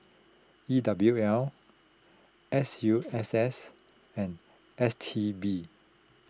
E W L S U S S and S T B